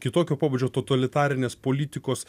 kitokio pobūdžio totalitarinės politikos